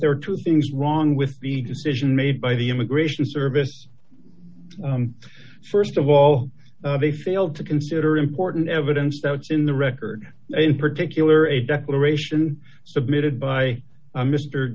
there are two things wrong with the decision made by the immigration service first of all they failed to consider important evidence so it's in the record in particular a declaration submitted by mr